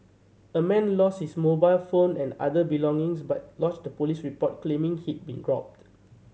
a man lost his mobile phone and other belongings but lodged a police report claiming he'd been robbed